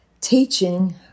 teaching